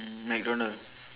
mm McDonald